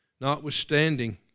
Notwithstanding